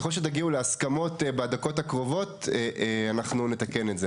וככל שתגיעו להסכמות בדקות הקרובות אנחנו נתקן את זה.